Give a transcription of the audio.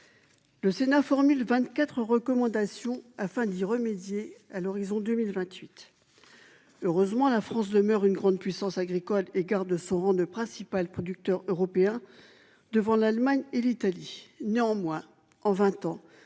Le Sénat formule 24 recommandations afin d'y remédier à l'horizon 2028. Heureusement la France demeure une grande puissance agricole et garde de son rang de principal producteur européen. Devant l'Allemagne et l'Italie. Néanmoins, en 20 ans